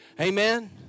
Amen